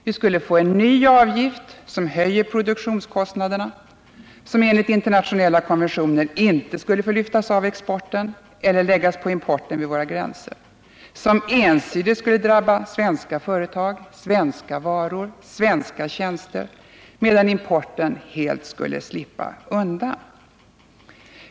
Vi skulle få en ny avgift som höjer produktionskostnaderna och som enligt internationella konventioner inte skulle få lyftas av exporten eller läggas på importen vid våra gränser. Den nya avgiften skulle ensidigt drabba svenska företag, svenska varor och svenska tjänster, medan importen helt skulle slippa undan.